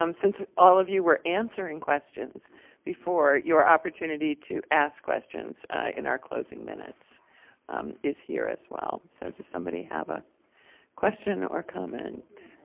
um since all of you were answering questions before, your opportunity to ask questions in our closing minutes is here as well. so does somebody have a question or comment?